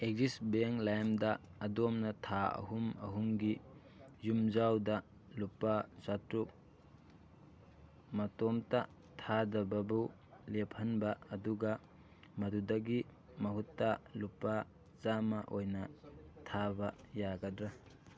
Axis ꯕꯦꯡ ꯂꯦꯝꯗ ꯑꯗꯣꯝꯅ ꯊꯥ ꯑꯍꯨꯝ ꯑꯍꯨꯝꯒꯤ ꯌꯨꯝꯖꯥꯎꯗ ꯂꯨꯄꯥ ꯆꯇ꯭ꯔꯨꯛ ꯃꯇꯣꯝꯇ ꯊꯥꯗꯕꯕꯨ ꯂꯦꯞꯍꯟꯕ ꯑꯗꯨꯒ ꯃꯗꯨꯗꯒꯤ ꯃꯍꯨꯠꯇ ꯂꯨꯄꯥ ꯆꯥꯝꯃ ꯑꯣꯏꯅ ꯊꯥꯕ ꯌꯥꯒꯗ꯭ꯔꯥ